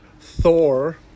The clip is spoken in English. thor